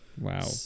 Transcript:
Wow